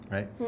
Right